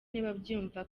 ntibabyumva